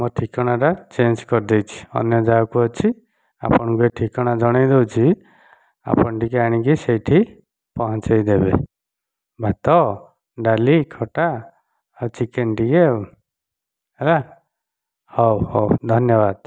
ମୁଁ ଠିକଣାଟା ଚେଞ୍ଜ କରିଦେଇଛି ଅନ୍ୟ ଜାଗାକୁ ଅଛି ଆପଣଙ୍କୁ ଏ ଠିକଣା ଜଣେଇଦେଉଛି ଆପଣ ଟିକେ ଆଣିକି ସେଇଠି ପହଞ୍ଚେଇ ଦେବେ ଭାତ ଡ଼ାଲି ଖଟା ଆଉ ଚିକେନ୍ ଟିକେ ଆଉ ହେଲା ହେଉ ହେଉ ଧନ୍ୟବାଦ